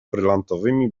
brylantowymi